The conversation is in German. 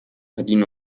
verdienen